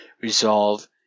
resolve